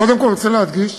קודם כול רוצה להדגיש